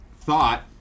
thought